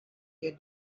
your